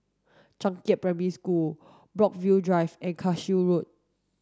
Changkat Primary School Brookvale Drive and Cashew Road